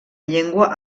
llengua